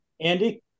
Andy